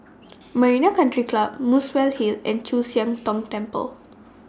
Marina Country Club Muswell Hill and Chu Siang Tong Temple